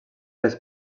les